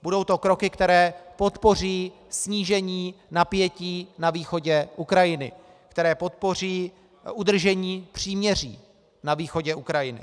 Budou to kroky, které podpoří snížení napětí na východě Ukrajiny, které podpoří udržení příměří na východě Ukrajiny.